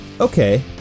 Okay